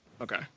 Okay